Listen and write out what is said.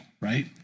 right